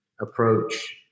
approach